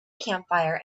campfire